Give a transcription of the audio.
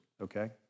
okay